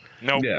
No